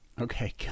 Okay